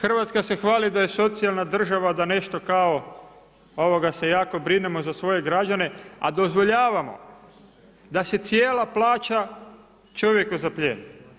Hrvatska se hvali da je socijalna država da nešto kao se jako brinemo za svoje građane, a dozvoljavamo da se cijela plaća čovjeku zapljeni.